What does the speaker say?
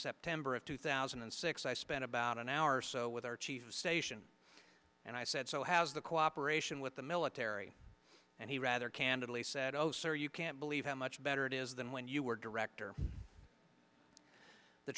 september of two thousand and six i spent about an hour or so with our chief of station and i said so how's the cooperation with the military and he rather candidly said oh sir you can't believe how much better it is than when you were director the